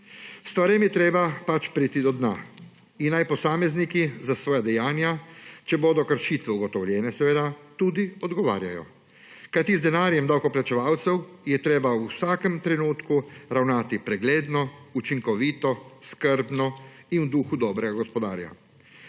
Stvarem je treba pač priti do dna in naj posamezniki za svoja dejanja, če bodo kršitve ugotovljene, tudi odgovarjajo. Kajti z denarjem davkoplačevalcev je treba v vsakem trenutku ravnati pregledno, učinkovito, skrbno in v duhu dobrega gospodarja.